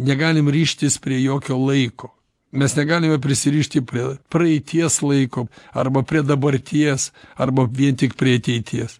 negalim rištis prie jokio laiko mes negalime prisirišti prie praeities laiko arba prie dabarties arba vien tik prie ateities